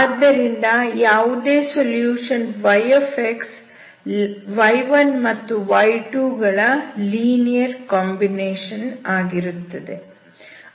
ಆದ್ದರಿಂದ ಯಾವುದೇ solution y y1 ಮತ್ತು y2 ಗಳ ಲೀನಿಯರ್ ಕಾಂಬಿನೇಷನ್ ಆಗಿರುತ್ತದೆ